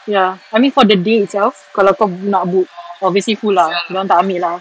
ya I mean for the day itself kalau kau nak book obviously full lah dia orang tak ambil lah